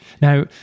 Now